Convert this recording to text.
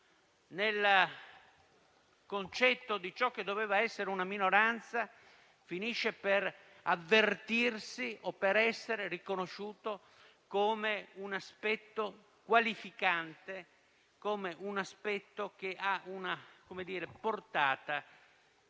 nel concetto di ciò che doveva essere una minoranza e finisce per avvertirsi o per essere riconosciuto come un aspetto qualificante, di una portata